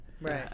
Right